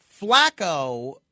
Flacco